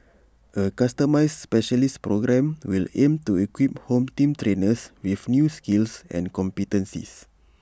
A customised specialist programme will aim to equip home team trainers with new skills and competencies